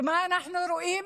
מה אנחנו רואים?